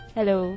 Hello